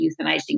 euthanizing